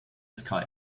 sky